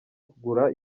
kugura